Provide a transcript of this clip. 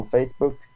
Facebook